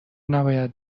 نباید